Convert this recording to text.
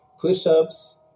push-ups